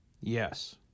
Yes